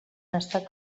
estat